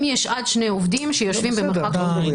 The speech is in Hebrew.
אם יש עד שני עובדים שיושבים במרחק של 2 מטר.